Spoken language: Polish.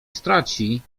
straci